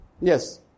Yes